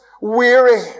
weary